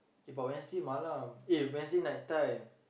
but Wednesday malam eh Wednesday night time